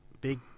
big